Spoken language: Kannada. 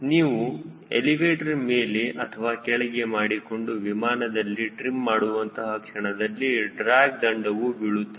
ನೀವು ಎಲಿವೇಟರ್ ಮೇಲೆ ಅಥವಾ ಕೆಳಗೆ ಮಾಡಿಕೊಂಡು ವಿಮಾನದಲ್ಲಿ ಟ್ರಿಮ್ ಮಾಡುವಂತಹ ಕ್ಷಣದಲ್ಲಿ ಡ್ರ್ಯಾಗ್ ದಂಡವೂ ಬೀಳುತ್ತದೆ